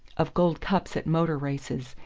of gold cups at motor races,